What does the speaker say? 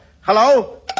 Hello